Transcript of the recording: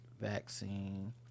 vaccine